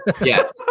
yes